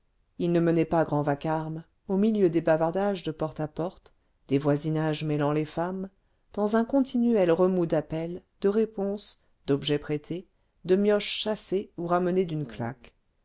ils ne menaient pas grand vacarme au milieu des bavardages de porte à porte des voisinages mêlant les femmes dans un continuel remous d'appels de réponses d'objets prêtés de mioches chassés ou ramenés d'une claque